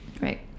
right